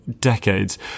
decades